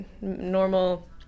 normal